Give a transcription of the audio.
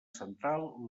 central